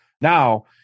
Now